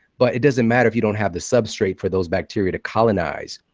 but it doesn't matter if you don't have the substrate for those bacteria to colonize.